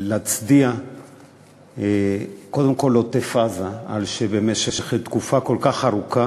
להצדיע קודם כול לעוטף-עזה על שבמשך תקופה כל כך ארוכה